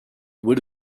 would